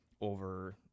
over